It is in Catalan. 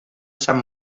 sant